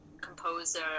composer